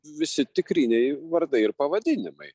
visi tikriniai vardai ir pavadinimai